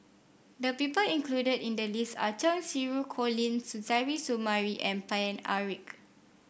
the people included in the list are Cheng Xinru Colin Suzairhe Sumari and Paine Eric